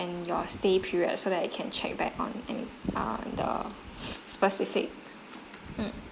and your stay period so that I can check back on in uh in the specifics